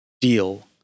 deal